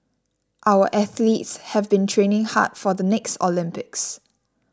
our athletes have been training hard for the next Olympics